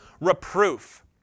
reproof